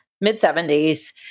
mid-70s